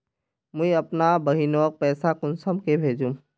मुई अपना बहिनोक पैसा कुंसम के भेजुम?